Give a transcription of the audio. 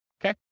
Okay